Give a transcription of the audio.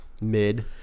mid